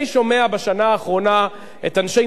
אני שומע בשנה האחרונה את אנשי,